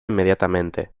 inmediatamente